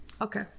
okay